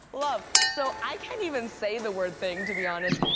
love. so i can't even say the word thing to be honest.